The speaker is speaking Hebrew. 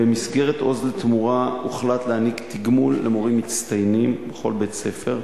במסגרת "עוז לתמורה" הוחלט להעניק תגמול למורים מצטיינים בכל בית-ספר.